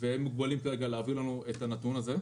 אך הם מוגבלים כרגע מלהעביר לנו את הנתונים הללו.